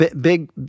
Big